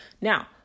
Now